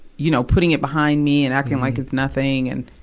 you know, putting it behind me and acting like it's nothing and,